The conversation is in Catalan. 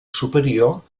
superior